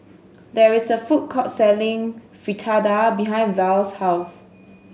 there is a food court selling Fritada behind Verl's house